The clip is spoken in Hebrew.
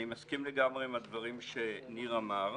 אני מסכים לגמרי עם הדברים שניר אמר.